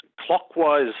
clockwise